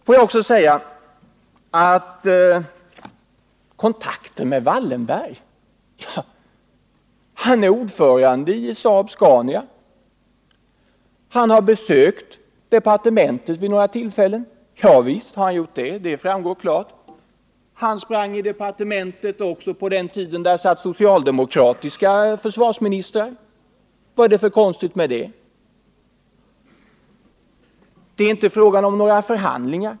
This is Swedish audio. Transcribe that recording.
Kontakter med Marcus Wallenberg! Ja, han är ordförande i Saab-Scania. Han har besökt departementet vid några tillfällen — visst har han gjort det; det är klart. Han sprang i departementet också på den tiden då där satt socialdemokratiska försvarsministrar. Vad är det för konstigt med det? Det är inte fråga om några förhandlingar.